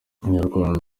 inyarwanda